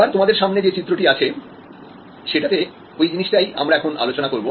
এবং তোমাদের সামনে যে চিত্রটি আছে সেটাতে ওই জিনিসটাই আমরা এখন আলোচনা করব